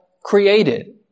created